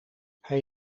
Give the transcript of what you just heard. hij